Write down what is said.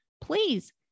please